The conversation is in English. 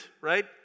right